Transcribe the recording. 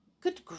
Good